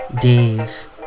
Dave